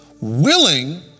Willing